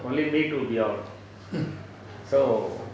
only meat will be out so